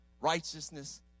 righteousness